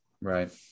right